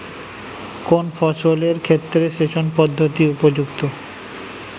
কোন ফসলের ক্ষেত্রে সেচন পদ্ধতি উপযুক্ত?